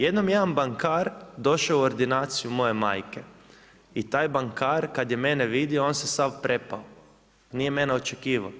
Jednom je jedan bankar došao u ordinaciju moje majke i taj bankar kad je mene vidio on se sav prepao, nije mene očekivao.